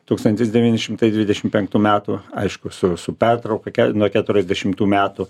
tūkstantis devyni šimtai dvidešim penktų metų aišku su su pertrauka nuo keturiasdešimtų metų